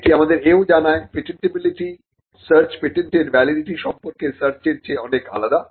এটি আমাদের এও জানায় পেটেন্টিবিলিটি সার্চ পেটেন্টের ভ্যালিডিটি সম্পর্কে সার্চের চেয়ে অনেক আলাদা